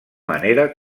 manera